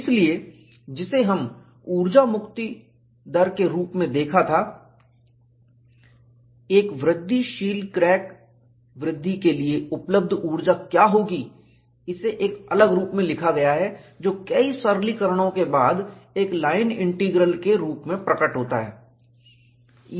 इसलिए जिसे हमने ऊर्जा मुक्ति दर के रूप में देखा था एक वृद्धिशील क्रैक वृद्धि के लिए उपलब्ध ऊर्जा क्या होगी इसे एक अलग रूप में लिखा गया है जो कि कई सरलीकरणों के बाद एक लाइन इंटीग्रल के रूप में प्रकट होता है